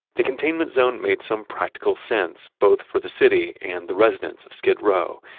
the containment zone made some practical sense both for the city and the residents of skid row,